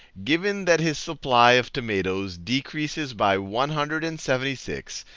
given that his supply of tomatoes decreases by one hundred and seventy six,